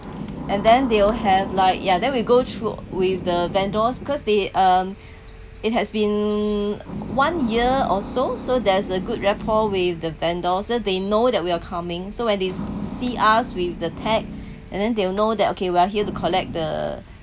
and then they'll have like ya then we go through with the vendors because they um it has been one year or so so there's a good rapport with the vendors so they know that we are coming so when they see us with the tag and then they'll know that okay we're here to collect